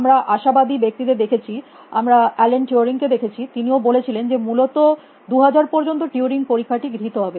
আমরা আশাবাদী ব্যক্তিদের দেখেছি আমরা অ্যালেন টিউরিং কে দেখেছি তিনিও বলেছিলেন যে মূলত 2000 পর্যন্ত টিউরিং পরীক্ষাটি গৃহিত হবে